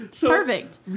Perfect